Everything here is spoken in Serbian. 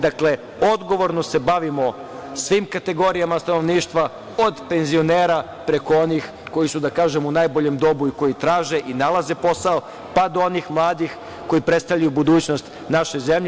Dakle, odgovorno se bavimo svim kategorijama stanovništva od penzionera preko onih koji su da kažem u najboljem dobu i traže i nalaze posao, pa do onih mladih koji predstavljaju budućnost naše zemlje.